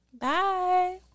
bye